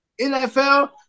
NFL